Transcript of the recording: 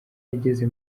yageze